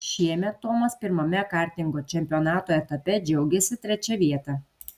šiemet tomas pirmame kartingo čempionato etape džiaugėsi trečia vieta